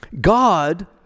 God